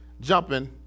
jumping